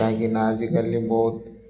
କାହିଁକିନା ଆଜିକାଲି ବହୁତ